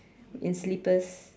in slippers